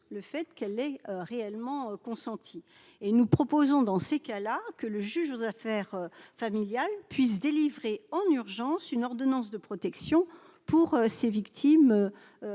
le fait qu'elle est réellement consentis et nous proposons dans ces cas-là, que le juge aux affaires familiales puisse délivrer en urgence une ordonnance de protection pour ces victimes,